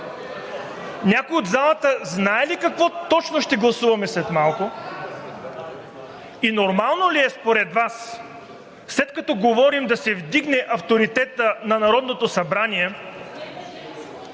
Някой от залата знае ли какво точно ще гласуваме след малко? И нормално ли е според Вас, след като говорим да се вдигне авторитета на Народното събрание,